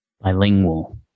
Bilingual